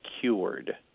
cured